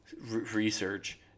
research